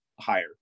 higher